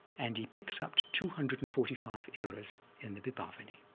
and he picks up to two hundred and forty five errors in the vibhavani,